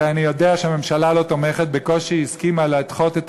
הרי אני יודע שהממשלה לא תומכת ובקושי הסכימה לדחות את